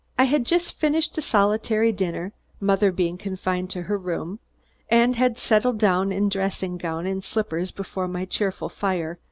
i had just finished a solitary dinner mother being confined to her room and had settled down in dressing gown and slippers before my cheerful fire,